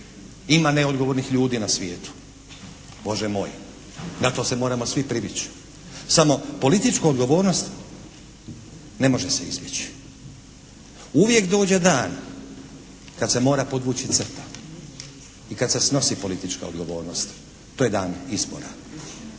Ima neodgovornih ljudi na svijetu, Bože moj, na to se moramo svi privić. Samo političku odgovornost ne može se izbjeći. Uvijek dođe dan kad se mora podvući crta i kada se snosi politička odgovornost, to je dan izbora.